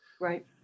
Right